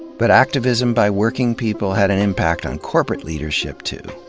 but activism by working people had an impact on corporate leadership, too.